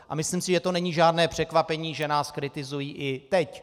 A myslím si, že není žádné překvapení, že nás kritizují i teď.